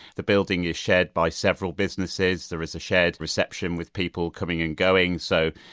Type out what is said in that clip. the building is shared by several businesses, there is a shared reception with people coming and going, so,